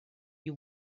you